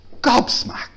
gobsmacked